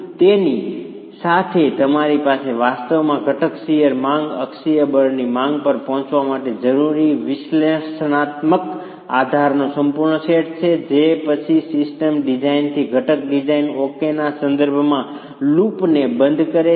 અને તેની સાથે તમારી પાસે વાસ્તવમાં ઘટક શીયર માંગ અને અક્ષીય બળની માંગ પર પહોંચવા માટે જરૂરી વિશ્લેષણાત્મક આધારનો સંપૂર્ણ સેટ છે જે પછી સિસ્ટમ ડિઝાઇનથી ઘટક ડિઝાઇન ઓકેના સંદર્ભમાં લૂપને બંધ કરે છે